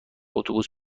اتوبوس